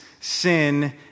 sin